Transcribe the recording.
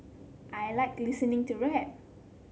I like listening to rap